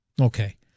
Okay